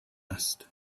asked